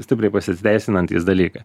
stipriai pasiteisinantys dalykai